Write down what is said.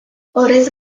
horrez